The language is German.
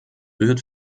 wird